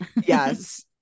Yes